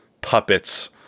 puppets